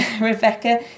Rebecca